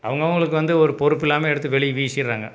அவங்க அவங்களுக்கு வந்து ஒரு பொறுப்பு இல்லாமல் எடுத்து வெளியே வீசிடறாங்க